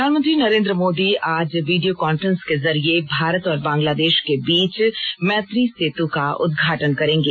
प्रधानमंत्री नरेन्द्र मोदी आज video conference के जरिए भारत और बंगलादेश के बीच मैत्री सेतु का उद्घाटन करेंगे